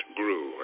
grew